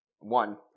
One